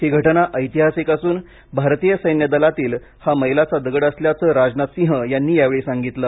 ही घटना ऐतिहासिक असून भारतीय सैन्य दलातील हा मैलाचा दगड असल्याचं राजनाथसिंह यांनी यावेळी सांगितलं